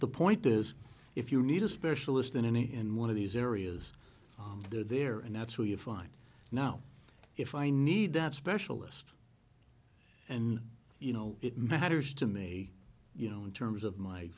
the point is if you need a specialist in any in one of these areas they're there and that's why we have five now if i need that specialist and you know it matters to me you know in terms of my